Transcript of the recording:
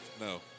no